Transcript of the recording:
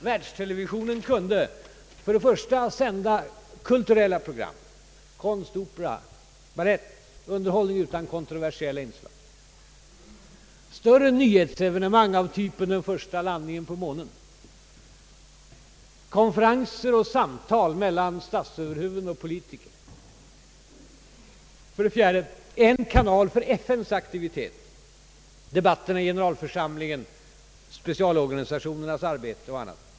Världstelevisionen skulle för det första sända kulturella program — konst, opera och balett alltså, underhållning — utan kontroversiella inslag; för det andra större nyhetsevene mang av typen den första landningen på månen; för det tredje konferenser och samtal mellan statsöverhuvuden och politiker samt för det fjärde FN-aktiviteter, t.ex. debatterna i generalförsamlingen eller specialorganisationernas arbete.